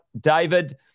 David